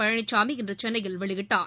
பழனிசாமி இன்று சென்னையில் வெளியிட்டார்